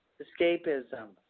escapism